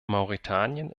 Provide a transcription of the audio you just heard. mauretanien